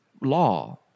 law